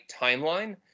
timeline